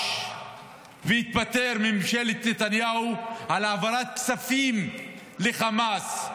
והתפטר מממשלת נתניהו על העברת כספים לחמאס,